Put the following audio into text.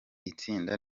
itsinda